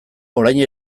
orain